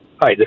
Hi